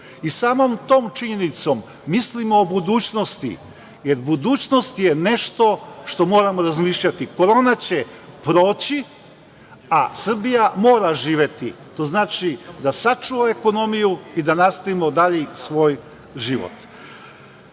i samom tom činjenicom mislimo o budućnosti, jer budućnost je nešto o čemu moramo razmišljati. Korona će proći, a Srbija mora živeti. To znači da sačuva ekonomiju i da nastavimo dalje svoj život. Znate,